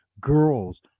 Girls